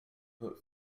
but